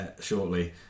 shortly